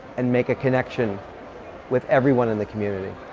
and make a connection with everyone in the community.